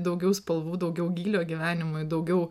daugiau spalvų daugiau gylio gyvenimui daugiau